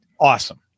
awesome